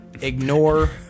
ignore